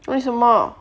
为什么